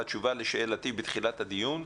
בתשובה לשאלתי מתחילת הדיון,